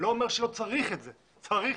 אני לא אומר שלא צריך להתמודד, אני חושב